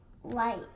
White